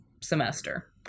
semester